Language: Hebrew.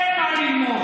אין מה ללמוד.